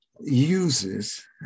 uses